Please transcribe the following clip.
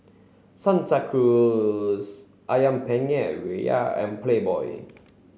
Santa Cruz Ayam Penyet Ria and Playboy